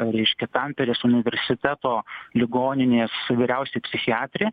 reiškia tamperės universiteto ligoninės vyriausioji psichiatrė